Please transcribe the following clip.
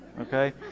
okay